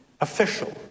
official